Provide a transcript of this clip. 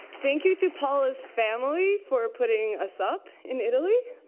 thank you to paola's family for putting us up in italy.